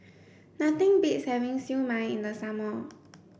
nothing beats having siew mai in the summer